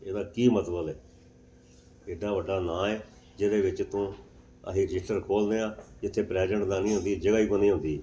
ਇਹਦਾ ਕੀ ਮਤਲਬ ਹੈ ਇੱਡਾ ਵੱਡਾ ਨਾਂ ਹੈ ਜਿਹਦੇ ਵਿੱਚ ਤੂੰ ਅਸੀਂ ਰਜਿਸਟਰ ਖੋਲ੍ਹਦੇ ਹਾਂ ਜਿੱਥੇ ਪ੍ਰੈਜੈਂਟ ਲਾਉਣੀ ਹੁੰਦੀ ਜਗ੍ਹਾ ਹੀ ਕੋਈ ਨਹੀਂ ਹੁੰਦੀ